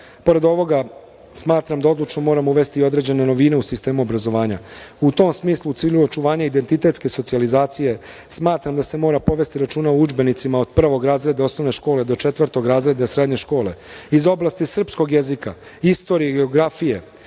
pored ovoga, smatram da odlučno moramo uvesti i određene novine u sistem obrazovanja. U tom smislu, u cilju očuvanja identitetske socijalizacije, smatram da se mora povesti računa o udžbenicima od prvog razreda osnovne škole do četvrtog razreda srednje škole, iz oblasti srpskog jezika, istorije i geografije,